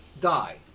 die